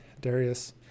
Darius